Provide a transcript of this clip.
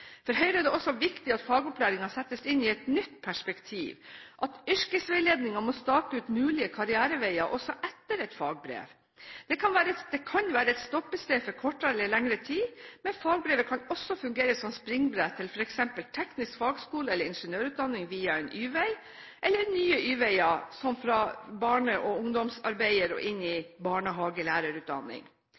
For Høyre er det også viktig at fagopplæringen settes inn i et nytt perspektiv, og at yrkesveiledningen må stake ut mulige karriereveier også etter et fagbrev. Fagbrevet kan være et stoppested for kortere eller lengre tid, men det kan også fungere som springbrett til f.eks. teknisk fagskole eller ingeniørutdanning via en Y-vei, eller ved nye Y-veier – som fra barne- og ungdomsarbeider og inn i barnehagelærerutdanning.